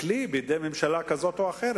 לכלי בידי ממשלה כזאת או אחרת.